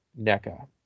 NECA